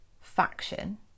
faction